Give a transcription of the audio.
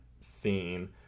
scene